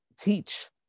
teach